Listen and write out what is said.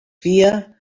fia